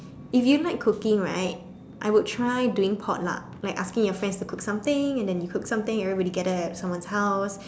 if you like cooking right I would try doing potluck like asking your friend to cook something then you cook something everybody gather at someone's house